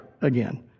again